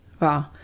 Wow